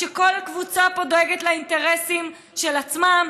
שכל קבוצה פה דואגת לאינטרסים של עצמה,